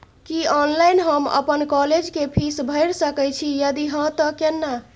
की online हम अपन college के फीस भैर सके छि यदि हाँ त केना?